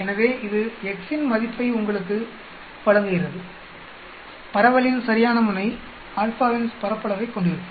எனவே இது x இன் மதிப்பை உங்களுக்கு வழங்குகிறதுபரவலின் சரியான முனை α இன் பரப்பளவைக் கொண்டிருக்கும்